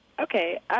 Okay